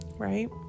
Right